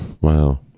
Wow